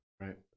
right